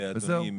אדוני,